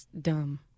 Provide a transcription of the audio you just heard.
dumb